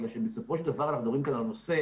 משום שבסופו של דבר אנחנו מדברים כאן על נושא